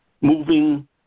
moving